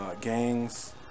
gangs